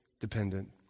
dependent